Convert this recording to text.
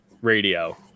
radio